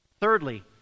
Thirdly